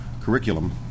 Curriculum